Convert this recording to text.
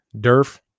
Durf